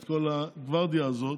את כל הגוורדיה הזאת,